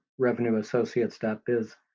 RevenueAssociates.biz